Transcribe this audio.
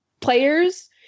players